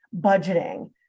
budgeting